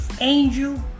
angel